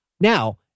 Now